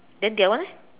then the other one eh